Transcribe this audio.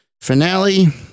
finale